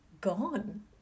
gone